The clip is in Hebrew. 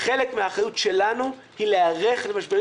חלק מהאחריות שלנו היא להיערך למשברים